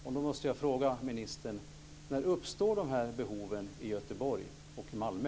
Jag måste fråga ministern: När uppstår de här behoven i Göteborg och i Malmö?